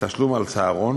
תשלום על צהרון,